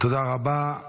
תודה רבה.